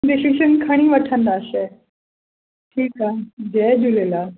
decision खणी वठंदासीं ठीकु आहे जय झूलेलाल